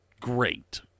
great